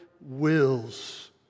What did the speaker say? wills